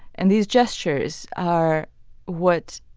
and these gestures are what